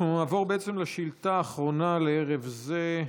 אנחנו נעבור לשאילתה האחרונה לערב זה,